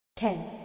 Ten